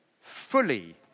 fully